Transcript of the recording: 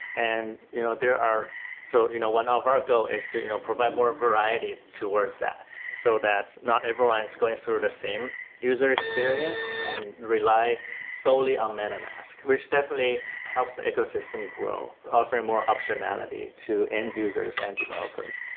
and you know there are so you know one ah of our goal is to you know provide more variety towards that so that not everyone is going through the sort of same user experience and rely solely on metamask, which definitely helps the ecosystem grow, offering more optionality to end users and developers.